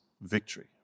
victory